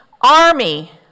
army